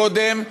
קודם,